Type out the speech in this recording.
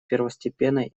первостепенной